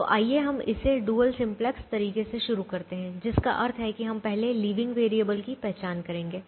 तो अभी हम इसे डुअल सिम्पलेक्स तरीके से शुरू करते हैं जिसका अर्थ है कि हम पहले लीविंग वैरिएबल की पहचान करेंगे